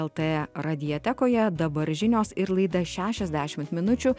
lt radiotekoje dabar žinios ir laida šešiasdešim minučių